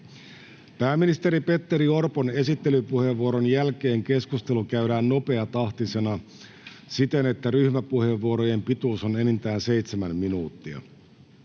Pääministeri Petteri Orpon esittelypuheenvuoron jälkeen keskustelu käydään nopeatahtisena siten, että ryhmäpuheenvuorojen pituus on enintään seitsemän minuuttia.